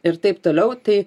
ir taip toliau tai